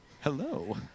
hello